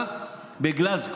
הוועידה בגלזגו.